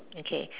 okay